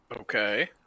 Okay